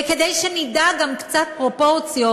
וכדי שנדע גם קצת פרופורציות,